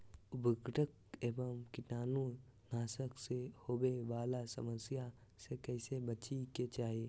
उर्वरक एवं कीटाणु नाशक से होवे वाला समस्या से कैसै बची के चाहि?